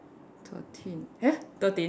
thirteen eh thirteen